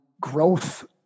growth